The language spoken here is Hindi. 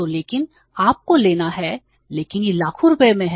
तो लेकिन आपको लेना है लेकिन यह लाखों रुपये में है